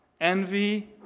envy